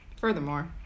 furthermore